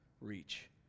reach